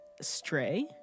Stray